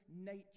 nature